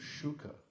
Shuka